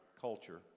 culture